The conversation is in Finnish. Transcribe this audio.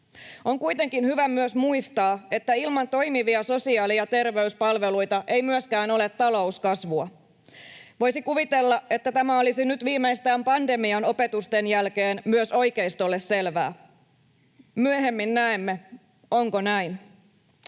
On kuitenkin hyvä myös muistaa, että ilman toimivia sosiaali- ja terveyspalveluita ei ole myöskään talouskasvua. Voisi kuvitella, että tämä olisi nyt viimeistään pandemian opetusten jälkeen myös oikeistolle selvää. Myöhemmin näemme, onko näin.